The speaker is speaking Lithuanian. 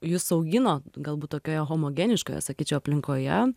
jus augino galbūt tokioje homogeniškoje sakyčiau aplinkoje